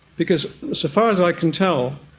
because so far as i can tell,